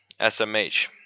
smh